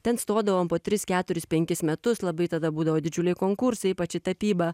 ten stodavome po tris keturis penkis metus labai tada būdavo didžiuliai konkursai ypač į tapybą